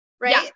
right